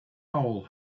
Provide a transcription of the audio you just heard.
hole